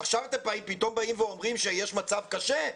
עכשיו פתאום אתם באים ואומרים שיש מצב קשה?